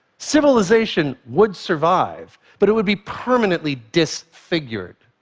civilization would survive, but it would be permanently disfigured.